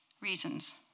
reasons